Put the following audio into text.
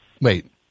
Wait